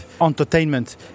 entertainment